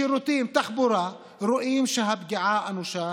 שירותים, תחבורה, רואים שהפגיעה אנושה